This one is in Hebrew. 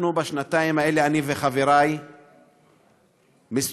בשנתיים האלה אני וחברי מסתובבים